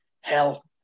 Hell